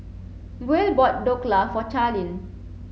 Buel bought Dhokla for Charlene